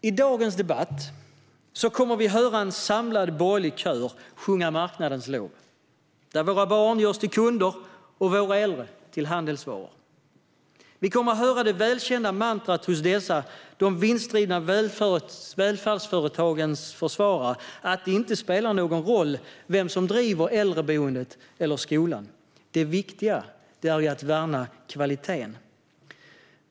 I dagens debatt kommer vi att höra en samlad borgerlig kör sjunga marknadens lov, där våra barn görs till kunder och våra äldre till handelsvaror. Vi kommer att höra det välkända mantrat hos dessa de vinstdrivna välfärdsföretagens försvarare, nämligen att det inte spelar någon roll vem som driver äldreboendet eller skolan - det viktiga är att värna kvaliteten.